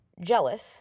jealous